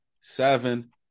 Seven